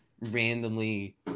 randomly